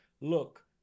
look